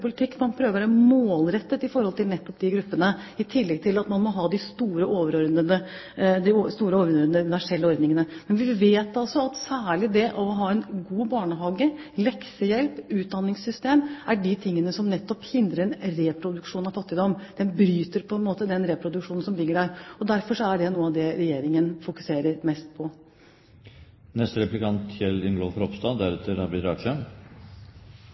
politikk hvor man prøver å være målrettet i forhold til nettopp de gruppene, i tillegg til at man må ha de store overordnede, universelle ordningene. Vi vet at særlig det å ha en god barnehage, leksehjelp og et utdanningssystem er av de tingene som nettopp hindrer en reproduksjon av fattigdom. Det bryter på en måte den reproduksjonen som ligger der. Derfor er det noe av det Regjeringen fokuserer mest på.